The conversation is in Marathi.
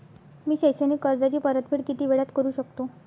मी शैक्षणिक कर्जाची परतफेड किती वेळात करू शकतो